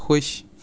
خوش